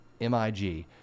MIG